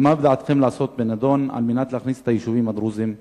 ומה בדעתכם לעשות בנדון על מנת להכניס את היישובים הדרוזיים לרשימה?